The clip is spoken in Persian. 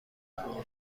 اقا